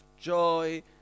joy